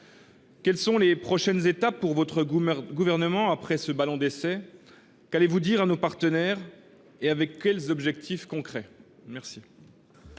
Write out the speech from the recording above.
Quelles sont les prochaines étapes envisagées par le Gouvernement après ce ballon d’essai ? Que compte t il dire à nos partenaires, et avec quels objectifs concrets ?